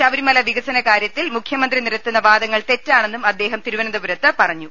ശബരിമല വികസന കാര്യ ത്തിൽ മുഖ്യമന്ത്രി നിരത്തുന്ന വാദങ്ങൾ തെറ്റാണെന്നും അദ്ദേഹം തിരുവനന്തപുരത്ത് പറഞ്ഞു